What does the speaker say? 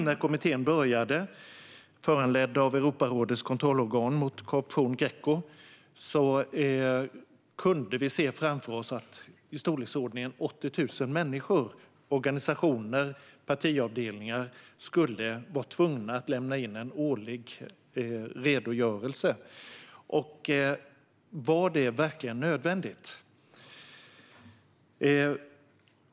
När kommittén, föranledd av Europarådets kontrollorgan mot korruption, Greco, inledde sitt arbete kunde vi i extremsituationen se framför oss att uppåt 80 000 människor, organisationer och partiavdelningar skulle vara tvungna att lämna in en årlig redogörelse. Var detta verkligen nödvändigt?